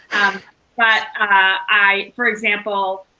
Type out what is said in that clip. but i, for example,